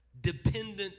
dependent